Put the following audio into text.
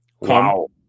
Wow